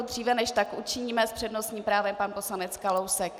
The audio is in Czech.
Dříve než tak učiníme s přednostním právem pan poslanec Kalousek.